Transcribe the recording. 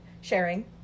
sharing